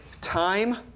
time